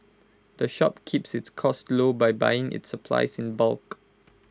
the shop keeps its costs low by buying its supplies in bulk